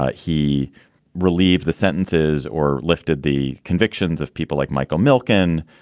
ah he relieved the sentences or lifted the convictions of people like michael milken,